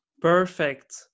perfect